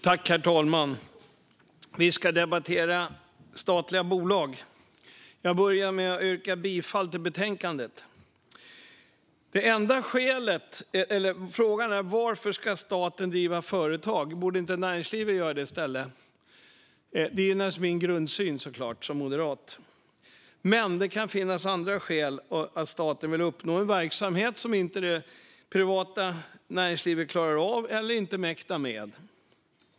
Herr talman! Vi ska debattera statliga bolag. Jag börjar med att yrka bifall till utskottets förslag i betänkandet. Frågan är: Varför ska staten driva företag? Borde inte näringslivet göra det i stället? Det är såklart min grundsyn som moderat. Men det kan finnas skäl. Det kan vara att staten vill uppnå att det finns en verksamhet som det privata näringslivet inte klarar av eller mäktar med.